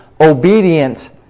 obedient